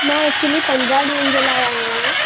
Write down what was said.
मां एक्चुली पंदिरहं ॾींहंनि जे लाइ आई अहियां